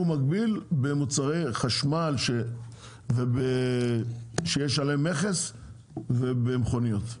מקביל במוצרי חשמל שיש עליהם מכס ובמכוניות.